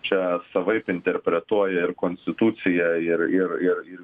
čia savaip interpretuoja ir konstituciją ir ir ir ir